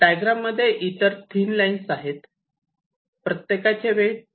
diagram मध्ये इतर thin lines आहेत प्रत्येकाचे वेट 0